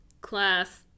class